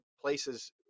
places